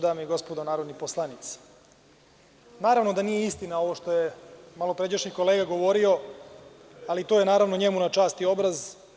Dame i gospodo narodni poslanici, naravno da nije istina ovo što je malopređašni kolega govorio, ali to je, naravno, njemu na čast i obraz.